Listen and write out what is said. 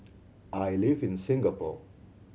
I live in Singapore